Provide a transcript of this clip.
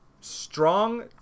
strong